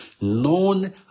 known